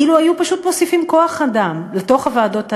אילו היו פשוט מוסיפים כוח-אדם לוועדות האלה,